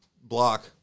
block